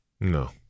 No